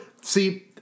see